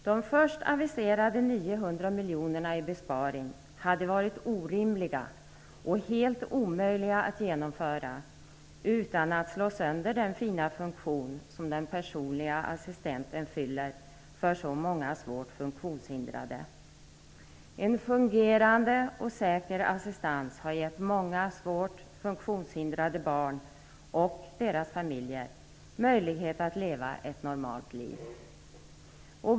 De först aviserade 900 miljoner kronorna i besparingar hade varit orimliga och helt omöjliga att genomföra utan att slå sönder den fina funktion som den personliga assistenten fyller för så många svårt funktionshindrade. En fungerande och säker assistans har givit många svårt funktionshindrade barn och deras familjer möjlighet att leva ett normalt liv.